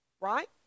right